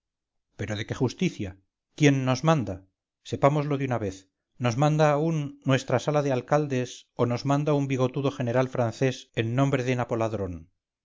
pero de qué justicia quién nos manda sepámoslo de una vez nos manda aún nuestra sala de alcaldes o nos manda un bigotudo general francés en nombre de napoladrón